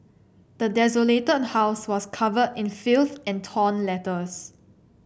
the desolated house was covered in filth and torn letters